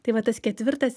tai va tas ketvirtas